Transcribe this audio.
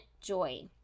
joy